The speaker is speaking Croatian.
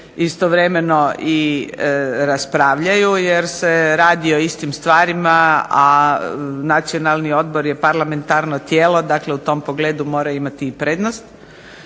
istovremeno i raspravljaju jer se radi o istim stvarima, a Nacionalni odbor je parlamentarno tijelo. Dakle, u tom pogledu mora imati i prednost.